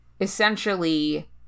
essentially